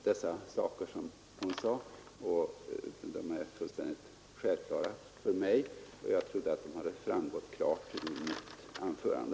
De förhållanden hon nämnde är fullständigt självklara för mig, och jag trodde att det hade framgått klart av mitt anförande.